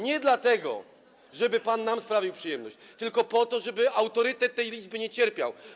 Nie dlatego, żeby pan nam sprawił przyjemność, tylko po to, żeby autorytet tej Izby nie cierpiał.